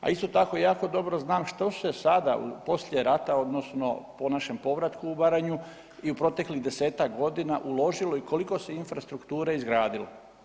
A isto tako, jako dobro znam što je sada u poslije rata, odnosno po našem povratku u Baranju i u proteklih 10-tak godina uložilo i koliko se infrastrukture izgradilo.